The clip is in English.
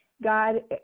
God